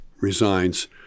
resigns